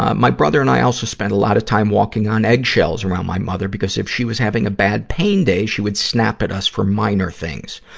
ah my brother and i also spent a lot of time walking on eggshells around my mother, because if she was having a bad pain day, she would snap at us for minor things.